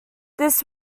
this